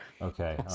Okay